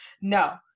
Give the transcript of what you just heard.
no